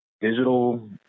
digital